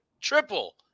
Triple